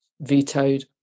vetoed